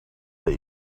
that